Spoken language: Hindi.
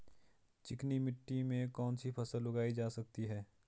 चिकनी मिट्टी में कौन सी फसल उगाई जा सकती है?